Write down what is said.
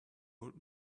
old